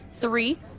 Three